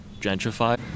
gentrified